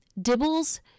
dibbles